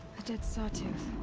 a dead sawtooth.